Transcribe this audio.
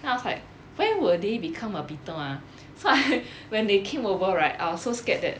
then I was like when will they become a beetle ah so when they came over right I was so scared that